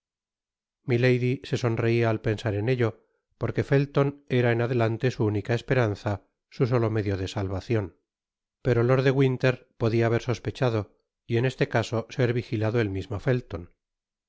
se sonreía al pensar en ello porque felton era en adelante su única esperanza su solo medio de salvacion pero lord de winter podia haber sospechado y en este caso ser vigilado el mismo felton